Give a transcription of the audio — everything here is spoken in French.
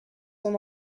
son